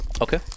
Okay